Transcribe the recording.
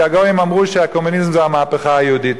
כי הגויים אמרו שהקומוניזם זה המהפכה היהודית,